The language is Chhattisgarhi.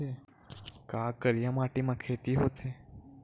का करिया माटी म खेती होथे?